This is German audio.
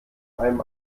einem